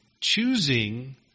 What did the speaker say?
Choosing